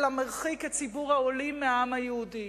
אלא מרחיק את ציבור העולים מהעם היהודי.